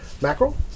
mackerel